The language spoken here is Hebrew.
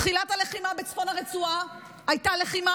בתחילת הלחימה בצפון הרצועה הייתה לחימה